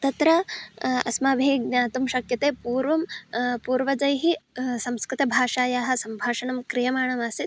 तत्र अस्माभिः ज्ञातुं शक्यते पूर्वं पूर्वजैः संस्कृतभाषायाः सम्भाषणं क्रियमाणमासीत्